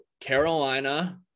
Carolina